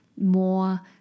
more